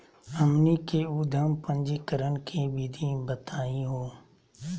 हमनी के उद्यम पंजीकरण के विधि बताही हो?